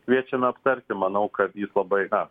kviečiame aptarti manau kad jis labai na